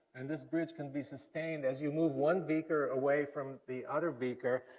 and this bridge can be sustained as you move one beaker away from the other beaker,